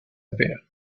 espera